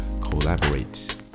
collaborate